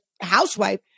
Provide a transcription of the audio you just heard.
housewife